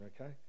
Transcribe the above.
okay